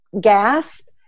gasp